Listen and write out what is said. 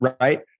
right